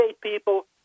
people